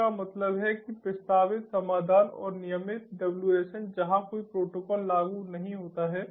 इसका मतलब है कि प्रस्तावित समाधान और नियमित WSN जहां कोई प्रोटोकॉल लागू नहीं होता है